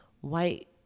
white